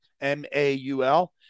M-A-U-L